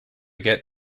get